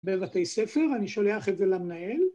‫בבתי ספר, אני שולח את זה למנהל.